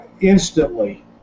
instantly